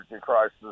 crisis